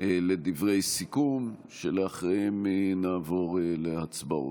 לדברי סיכום, ולאחריהם נעבור להצבעות,